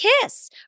kiss